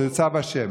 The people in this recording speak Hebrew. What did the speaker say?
שזה צו ה'.